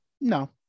No